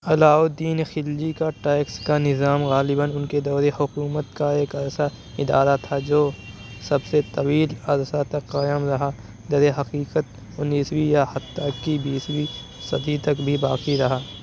علاء الدین خلجی کا ٹیکس کا نظام غالباً ان کے دورِ حکومت کا ایک ایسا ادارہ تھا جو سب سے طویل عرصہ تک قائم رہا در حقیقت انیسویں یا حتی کہ بیسویں صدی تک بھی باقی رہا